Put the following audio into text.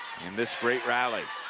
in this great rally.